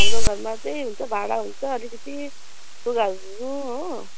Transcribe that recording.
हाम्रो घरमा त्यही हुन्छ भाडा हुन्छ अलिकति लुगाहरू धुनु हो